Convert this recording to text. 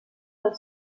del